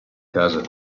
casa